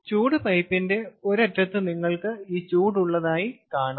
ചൂട് പൈപ്പിന്റെ ഒരു അറ്റത്ത് നിങ്ങൾക്ക് ഈ ചൂട് ഉള്ളതായി കാണാം